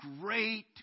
great